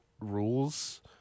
rules